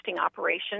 operation